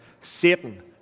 Satan